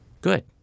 Good